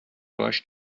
باهاش